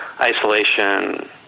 isolation